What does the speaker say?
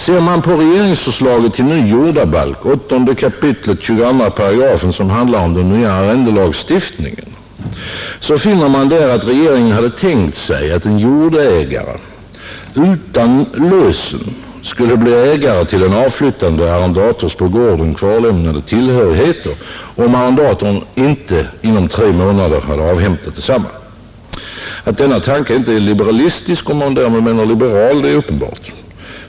Ser vi på regeringsförslaget till ny jordabalk, 8 kap. 22 §, som handlar om den nya arrendelagstiftningen, finner vi att regeringen tänkt sig att en jordägare utan lösen skulle bli ägare till en avflyttande arrendators på gården kvarlämnade tillhörigheter, om arrendatorn inte inom tre månader avhämtat desamma. Att denna tanke inte är liberalistisk, om man därmed menar liberal, det är uppenbart.